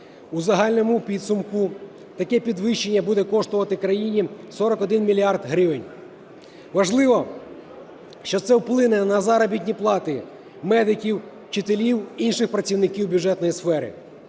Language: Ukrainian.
У загальному підсумку таке підвищення буде коштувати країні 41 мільярд гривень. Важливо, що це вплине на заробітні плати медиків, вчителів, інших працівників бюджетної сфери.